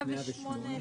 סעיף 1,